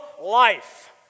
life